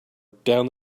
down